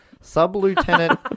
Sub-Lieutenant